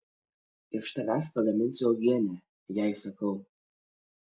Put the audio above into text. iš tavęs pagaminsiu uogienę jai sakau